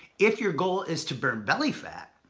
if your goal is to burn belly fat,